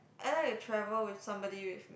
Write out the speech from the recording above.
I like to travel with somebody with